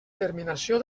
terminació